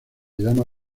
llama